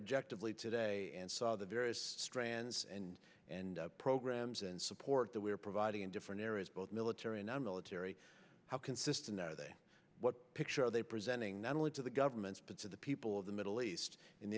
objectively today and saw the various strands and and programs and support that we are providing in different areas both military and nonmilitary how consistent are they what picture they presenting not only to the governments but to the people of the middle east